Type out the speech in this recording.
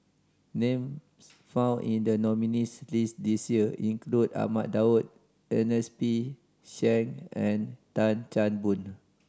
names found in the nominees' list this year include Ahmad Daud Ernest P Shank and Tan Chan Boon